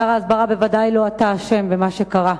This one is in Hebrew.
שר ההסברה, בוודאי לא אתה אשם במה שקרה.